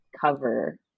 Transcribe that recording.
cover